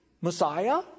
Messiah